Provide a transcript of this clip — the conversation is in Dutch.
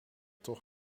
toch